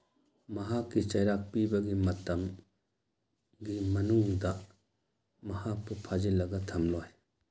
ꯃꯍꯥꯛꯀꯤ ꯆꯩꯔꯥꯛ ꯄꯤꯕꯒꯤ ꯃꯇꯝꯒꯤ ꯃꯅꯨꯡꯗ ꯃꯍꯥꯛꯄꯨ ꯐꯥꯖꯤꯜꯂꯒ ꯊꯝꯂꯣꯏ